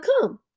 come